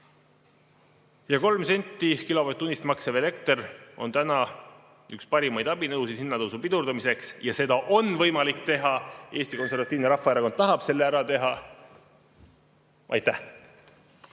Kolm senti kilovatt-tunnist maksev elekter on täna üks parimaid abinõusid hinnatõusu pidurdamiseks. Seda on võimalik teha ja Eesti Konservatiivne Rahvaerakond tahab selle ära teha. Aitäh!